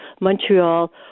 Montreal